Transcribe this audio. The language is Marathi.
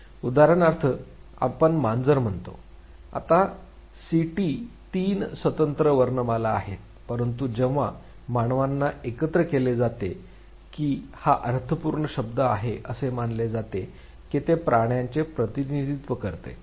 उदाहरणार्थ आम्ही मांजर म्हणतो आता सी टी तीन स्वतंत्र वर्णमाला आहेत परंतु जेव्हा मानवांना एकत्रित केले जाते की हा अर्थपूर्ण शब्द आहे असे मानले जाते की ते प्राण्यांचे प्रतिनिधित्व करते